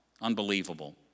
Unbelievable